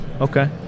Okay